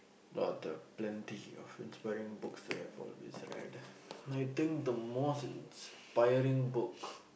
out of the plenty of inspiring books that I have always read I think the most inspiring book